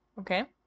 Okay